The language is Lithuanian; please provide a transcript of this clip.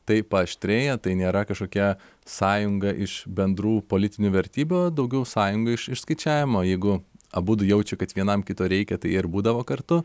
tai paaštrėja tai nėra kažkokia sąjunga iš bendrų politinių vertybių o daugiau sąjungų iš išskaičiavimo jeigu abudu jaučia kad vienam kito reikia tai jie ir būdavo kartu